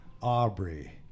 Aubrey